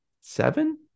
seven